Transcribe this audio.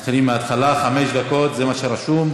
מתחילים מהתחלה, חמש דקות, זה מה שרשום.